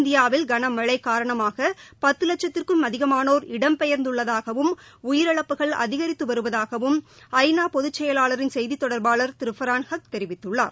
இந்தியாவில் கனமழைகாரணமாகபத்துலட்சத்திற்கும் அதிகமானோர் இடம்பெயர்ந்துள்ளதாகவும் உயிரிழப்புகள் அதிகித்துவருவதாகவும் ஐ நா பொதுச்செயலாளரின் செய்திதொடர்பாளர் ஃபரான் ஹக் தெரிவித்துள்ளார்